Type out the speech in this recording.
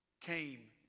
came